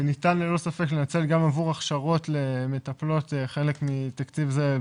וניתן ללא ספק לנצל עבור הכשרות למטפלות חלק מתקציב זה.